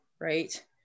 Right